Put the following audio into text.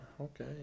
Okay